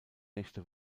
nächte